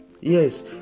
Yes